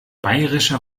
bayerischer